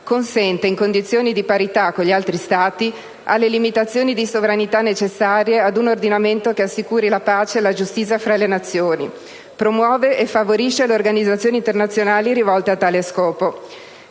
«consente, in condizioni di parità con gli altri Stati, alle limitazioni di sovranità necessarie ad un ordinamento che assicuri la pace e la giustizia fra le Nazioni; promuove e favorisce le organizzazioni internazionali rivolte a tale scopo».